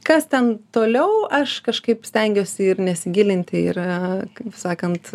kas ten toliau aš kažkaip stengiuosi nesigilinti yra kaip sakant